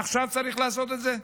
עכשיו צריך לעשות את זה?